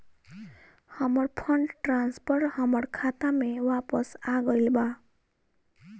हमर fund transfer हमर खाता में वापस आ गईल बा